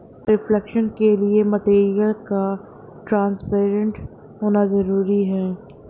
reflection के लिए material का ट्रांसपेरेंट होना जरूरी है